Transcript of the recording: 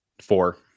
four